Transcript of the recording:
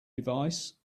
device